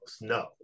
No